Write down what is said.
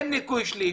אין ניכוי שליש,